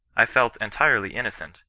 i felt entirely innocent,